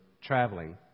traveling